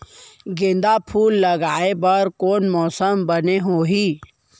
गेंदा फूल लगाए बर कोन मौसम बने होही?